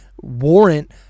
warrant